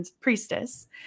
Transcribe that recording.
priestess